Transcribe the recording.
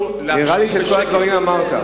נראה לי שאת כל הדברים אמרת.